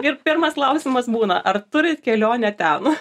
ir pirmas klausimas būna ar turit kelionę ten